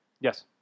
Yes